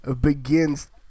begins